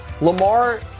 Lamar –